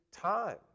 time